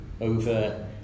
over